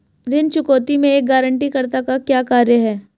ऋण चुकौती में एक गारंटीकर्ता का क्या कार्य है?